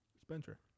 Spencer